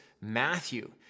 Matthew